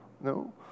No